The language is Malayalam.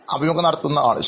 അഭിമുഖം നടത്തുന്നയാൾ ശരി